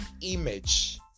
image